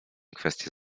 kwestię